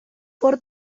por